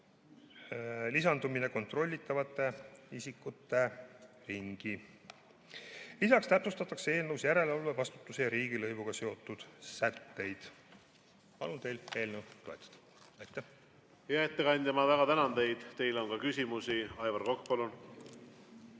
lisandumine kontrollitavate isikute ringi. Lisaks täpsustatakse eelnõus järelevalve, vastutuse ja riigilõivuga seotud sätteid. Palun teil eelnõu toetada. Aitäh! Hea ettekandja, ma tänan teid väga. Teile on ka küsimusi. Aivar Kokk,